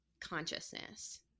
consciousness